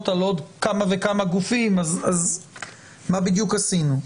על עוד כמה וכמה גופים אז מה בדיוק עשינו?